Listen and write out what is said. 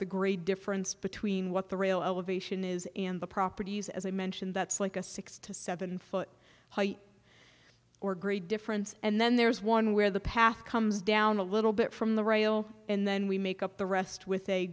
the gray difference between what the rail elevation is and the properties as i mentioned that's like a six to seven foot height or grey difference and then there is one where the path comes down a little bit from the rail and then we make up the rest with a